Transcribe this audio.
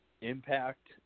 Impact